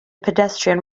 pedestrian